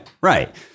Right